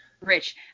Rich